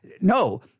No